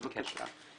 בבקשה.